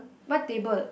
what table